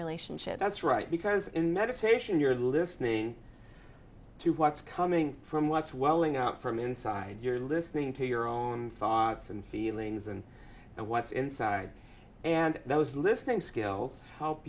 relationship that's right because in meditation you're listening to what's coming from what's welling up from inside you're listening to your own thoughts and feelings and and what's inside and those listening skills help